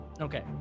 okay